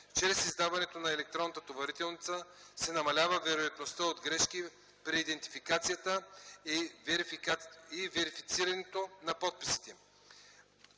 Чрез издаването на електронна товарителница се намалява вероятността от грешки при идентификацията и верифицирането на подписи.